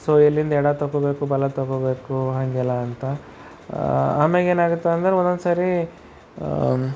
so ಎಲ್ಲಿಂದ ಎಡಕ್ಕೆ ತೊಗೋಬೇಕು ಬಲಕ್ಕೆ ತೊಗೋಬೇಕು ಹಾಗೆಲ್ಲ ಅಂತ ಆಮ್ಯಾಗ ಏನಾಗತ್ತಂದರೆ ಒಂದೊಂದು ಸರಿ